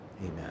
amen